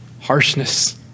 Harshness